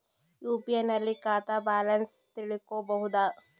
UPI ನಲ್ಲಿ ಖಾತಾ balance ತಿಳಕೊ ಬಹುದಾ?